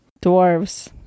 Dwarves